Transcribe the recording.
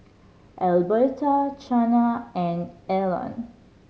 Alberta Chana and Elon